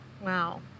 Wow